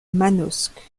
manosque